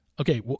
okay